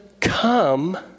come